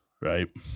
Right